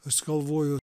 aš galvoju